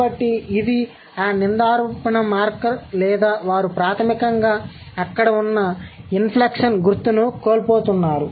కాబట్టి ఇది ఆ నిందారోపణ మార్కర్ లేదా వారు ప్రాథమికంగా అక్కడ ఉన్న ఇన్ఫ్లెక్షన్ గుర్తును కోల్పోతున్నారు